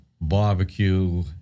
barbecue